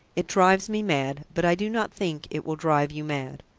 it drives me mad, but i do not think it will drive you mad.